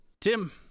tim